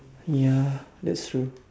ya that's true